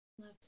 Love